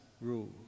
rule